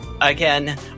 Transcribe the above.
again